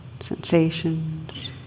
sensations